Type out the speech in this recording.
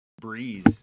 Breeze